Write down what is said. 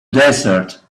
desert